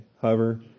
hover